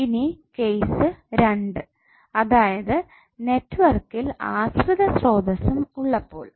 ഇനി കേസ് 2 അതായത് നെറ്റ്വർക്കിൽ ആശ്രിത സ്രോതസ്സും ഉള്ളപ്പോൾ